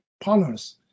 partners